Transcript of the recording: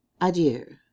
Adieu